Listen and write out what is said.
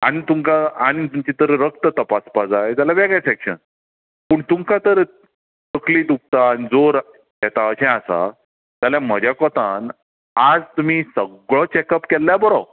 आनी तुमकां आनी तुमचे तर रक्त तपासपा जाय जाल्यार वेगळे सॅक्शन पूण तुमकां तर तकली दुखता आनी जोर येता अशें आसा जाल्यार म्हज्या कोतान आज तुमी सगळो चॅकअप केल्यार बरो